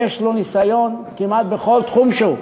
יש לו ניסיון כמעט בכל תחום שהוא,